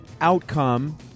outcome